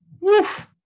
Woof